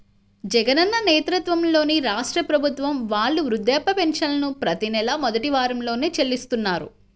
జగనన్న నేతృత్వంలోని రాష్ట్ర ప్రభుత్వం వాళ్ళు వృద్ధాప్య పెన్షన్లను ప్రతి నెలా మొదటి వారంలోనే చెల్లిస్తున్నారు